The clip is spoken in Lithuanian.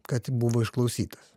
kad buvo išklausytas